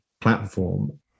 platform